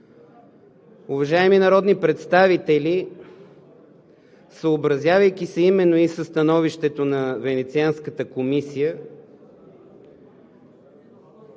Уважаеми народни представители, съобразявайки се именно със Становището на Венецианската комисия